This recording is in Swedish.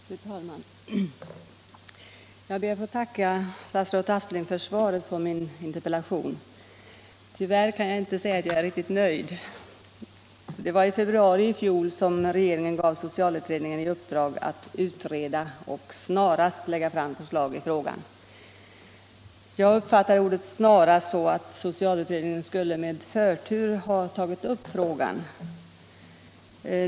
Fru talman! Jag ber att få tacka statsrådet Aspling för svaret på min interpellation. Tyvärr kan jag inte säga att jag är riktigt nöjd. Det var i februari i fjol som regeringen gav socialutredningen i uppdrag ”att utreda och snarast lägga fram förslag i frågan”. Jag uppfattar ordet snarast så att socialutredningen med förtur skulle ta upp frågan.